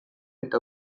eta